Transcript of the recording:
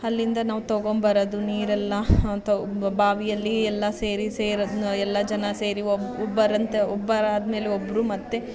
ಅಲ್ಲಿಂದ ನಾವು ತಗೊಬರೋದು ನೀರೆಲ್ಲ ತ ಬಾವಿಯಲ್ಲಿ ಎಲ್ಲ ಸೇರಿ ಸೇರಿ ಎಲ್ಲ ಜನ ಸೇರಿ ಒಬ್ಬರಂತೆ ಒಬ್ಬರಾದಮೇಲೆ ಒಬ್ಬರು ಮತ್ತು